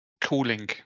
cooling